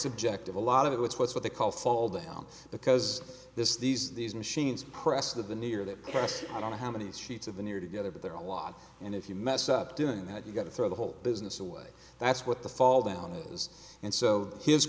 subjective a lot of it which was what they call fall down because this these these machines prest of the new year that cost i don't know how many sheets of the near together but there are a lot and if you mess up doing that you've got to throw the whole business away that's what the fall down is and so his